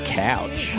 couch